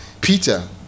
Peter